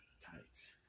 tights